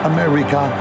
America